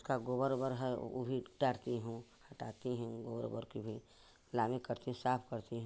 उसका गोबर उबर है वह भी टारती हूँ हटाती हूँ गोबर उबर की भी करती हूँ साफ करती हूँ